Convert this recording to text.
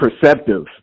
perceptive